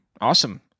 awesome